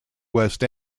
west